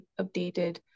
updated